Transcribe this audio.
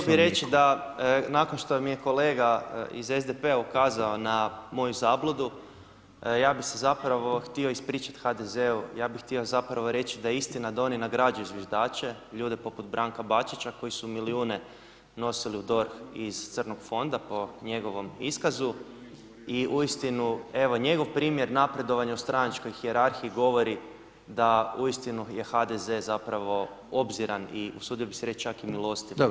Htio bi reći, da nakon što mi je kolega iz SDP-a ukazao na moju zabludu, ja bi se zapravo htio ispričati HDZ-u ja bi htio zapravo htio reći da je istina da oni nagrađuju zviždače i ljude poput Branka Bačića, koji su milijune nosili u DORH iz crnog fonda po njegovom iskazu i uistinu evo njegov primjer napredovanja u stranačkoj hijerarhiji govori da uistinu je HDZ zapravo obziran i usudio bih se reći čak i milostiv [[Upadica:…]] Hvala.